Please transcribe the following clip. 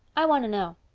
i want to know?